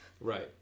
Right